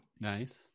Nice